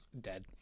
dead